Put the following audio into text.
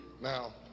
now